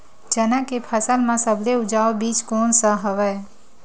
चना के फसल म सबले उपजाऊ बीज कोन स हवय?